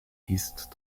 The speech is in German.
ist